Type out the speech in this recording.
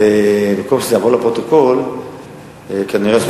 ובמקום שזה יעבור לפרוטוקול כנראה עשו